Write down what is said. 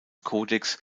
kodex